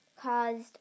caused